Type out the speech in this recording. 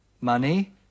money